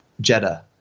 Jetta